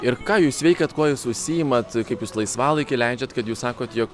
ir ką jūs veikiat kuo jūs užsiimat kaip jūs laisvalaikį leidžiat kad jūs sakot jog